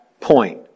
point